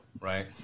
right